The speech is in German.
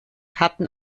hatten